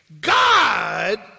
God